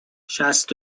شصت